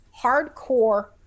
hardcore